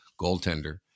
goaltender